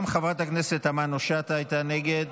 גם חברת הכנסת תמנו שטה הייתה נגד,